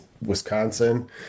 Wisconsin